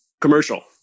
commercial